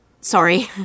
sorry